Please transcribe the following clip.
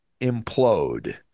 implode